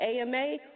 AMA